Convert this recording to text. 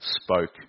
spoke